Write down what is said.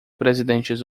presidentes